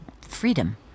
freedom